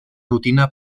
rutina